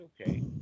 okay